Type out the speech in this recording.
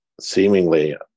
seemingly